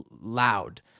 loud